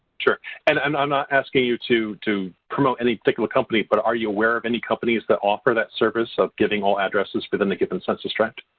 sure, and and i'm not asking you to to promote any particular company but are you aware of any companies that offer that service of giving all addresses within the given census tract?